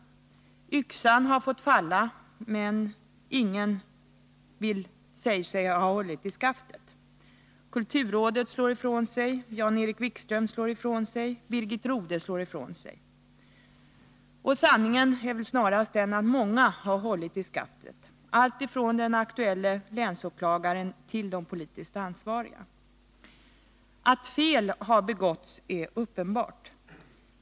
Yxan har fått falla, men ingen säger sig ha hållit i skaftet. Kulturrådet slår ifrån sig. Jan-Erik Wikström slår ifrån sig. Birgit Nr 146 Rodhe slår ifrån sig. Sanningen är väl snarast den att många har hållit i skaftet allt ifrån den aktuelle länsåklagaren till de politiskt ansvariga. Att fel har begåtts är uppenbart.